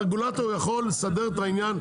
הרגולטור יכול לסדר את העניין,